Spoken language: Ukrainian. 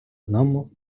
одному